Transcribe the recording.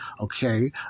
Okay